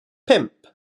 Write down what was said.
pump